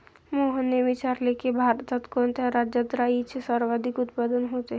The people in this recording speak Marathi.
मोहनने विचारले की, भारतात कोणत्या राज्यात राईचे सर्वाधिक उत्पादन होते?